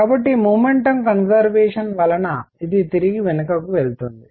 కాబట్టి momentum conservation వలన ఇది తిరిగి వెనుకకు వెళ్తుంది